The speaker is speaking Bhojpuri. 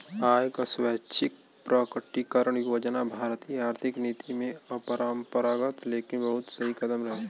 आय क स्वैच्छिक प्रकटीकरण योजना भारतीय आर्थिक नीति में अपरंपरागत लेकिन बहुत सही कदम रहे